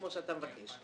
כמו שאתה מבקש.